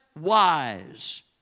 wise